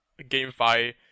GameFi